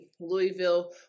Louisville